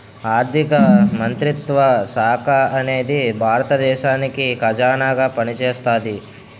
ఆర్ధిక మంత్రిత్వ శాఖ అనేది భారత దేశానికి ఖజానాగా పనిచేస్తాది